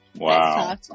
Wow